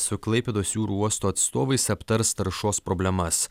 su klaipėdos jūrų uosto atstovais aptars taršos problemas